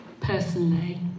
personally